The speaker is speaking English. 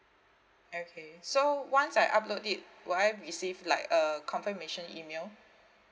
okay so once I upload it would I receive like a confirmation email